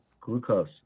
Glucose